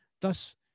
Thus